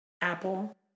Apple